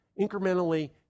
incrementally